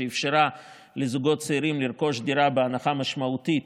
שאפשרה לזוגות צעירים לרכוש דירה בהנחה משמעותית